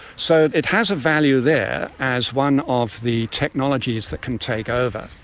so it has a value there as one of the technologies that can take over.